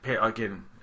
again